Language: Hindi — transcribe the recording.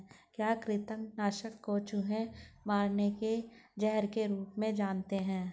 क्या कृतंक नाशक को चूहे मारने के जहर के रूप में जानते हैं?